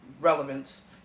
relevance